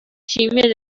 scimmie